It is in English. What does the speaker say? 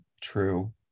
true